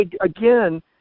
again